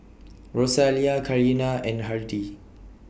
Rosalia Karina and Hardie